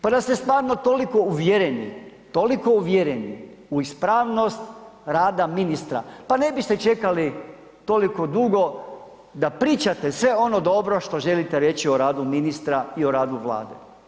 Pa da ste stvarno toliko uvjereni, toliko uvjereni u ispravnost rada ministra pa ne biste čekali toliko dugo da pričate sve ono dobro što želite reći o radu ministra i o radu Vlade.